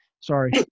Sorry